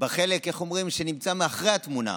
בחלק שנמצא מאחורי התמונה.